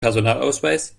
personalausweis